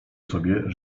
sobie